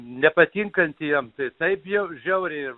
nepatinkantį jam tai taip jau žiauriai ir